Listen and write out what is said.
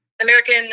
American –